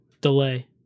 delay